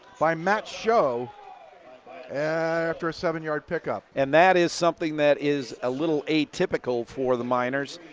by matt schoh after a seven yard pickup. and that is something that is a little a typical for the miners.